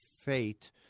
fate